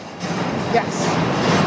Yes